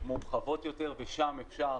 מורחבות יותר, ושם אפשר